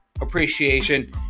appreciation